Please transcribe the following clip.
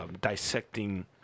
Dissecting